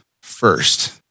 first